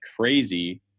crazy